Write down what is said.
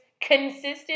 consistent